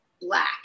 black